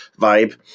vibe